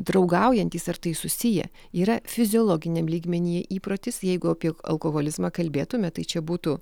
draugaujantys ar tai susiję yra fiziologiniam lygmenyje įprotis jeigu apie alkoholizmą kalbėtume tai čia būtų